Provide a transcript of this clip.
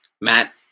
Matt